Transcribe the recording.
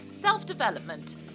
self-development